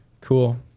Cool